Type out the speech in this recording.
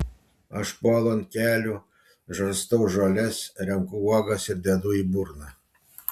aš puolu ant kelių žarstau žoles renku uogas ir dedu į burną